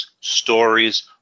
stories